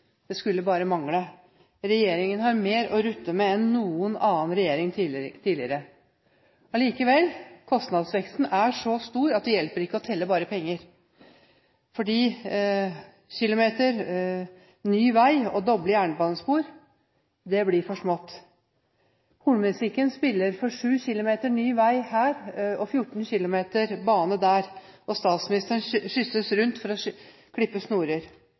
Det skulle bare mangle! Regjeringen har mer å rutte med enn noen annen regjering tidligere har hatt. Allikevel – kostnadsveksten er så stor at det hjelper ikke å telle bare penger, fordi noen kilometer ny vei og doble jernbanespor blir for smått. Hornmusikken spiller for 7 km ny vei der og 14 km bane der, og statsministeren skysses rundt for å klippe snorer.